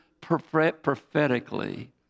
prophetically